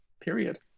period